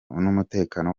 n’umutekano